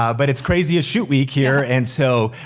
um but it's crazy as shoot week here and so,